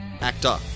Actor